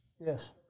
Yes